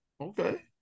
Okay